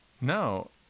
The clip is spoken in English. No